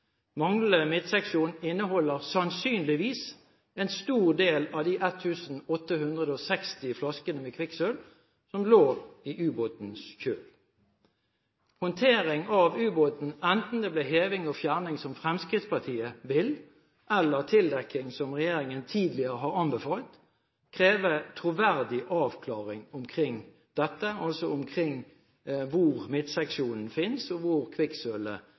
mangler. Manglende midtseksjon inneholder sannsynligvis en stor del av de 1 860 flaskene med kvikksølv som lå i ubåtens kjøl. Håndtering av ubåten, enten det blir heving og fjerning som Fremskrittspartiet vil, eller tildekking som regjeringen tidligere har anbefalt, krever troverdig avklaring av hvor midtseksjonen finnes og